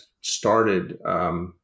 started